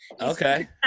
okay